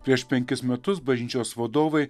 prieš penkis metus bažnyčios vadovai